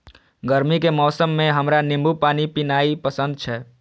गर्मी के मौसम मे हमरा नींबू पानी पीनाइ पसंद छै